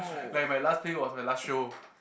like my last play was my last show